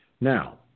Now